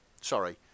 sorry